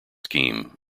scheme